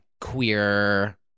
queer